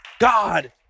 God